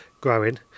growing